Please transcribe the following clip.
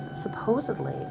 supposedly